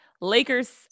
Lakers